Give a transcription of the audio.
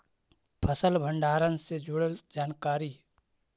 फसल भंडारन से जुड़ल जानकारी?